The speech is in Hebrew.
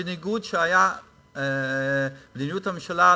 בניגוד למדיניות הממשלה,